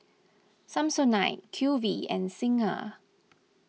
Samsonite Q V and Singha